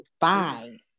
fine